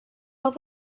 our